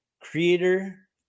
creator